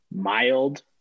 mild